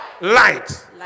light